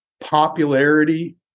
popularity